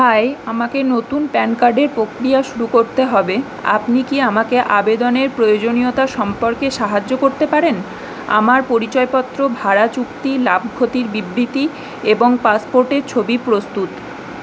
high আমাকে নতুন PAN কার্ডের প্রক্রিয়া শুরু করতে হবে আপনি কি আমাকে আবেদনের প্রয়োজনীয়তা সম্পর্কে সাহায্য করতে পারেন আমার পরিচয়পত্র ভাড়া চুক্তি লাভ ক্ষতির বিবৃতি এবং পাসপোর্টের ছবি প্রস্তুত